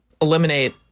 eliminate